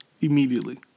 immediately